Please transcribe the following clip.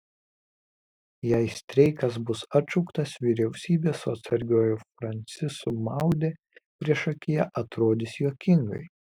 jei streikas bus atšauktas vyriausybė su atsargiuoju francisu maude priešakyje atrodys juokingai